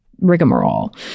rigmarole